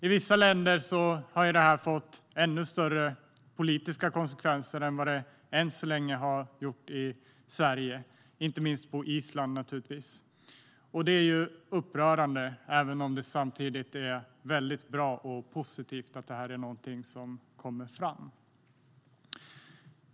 I vissa länder har det här fått ännu större politiska konsekvenser än vad det än så länge har fått i Sverige, inte minst på Island, naturligtvis. Det är upprörande, även om det samtidigt är väldigt bra och positivt att detta kommer fram.